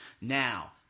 Now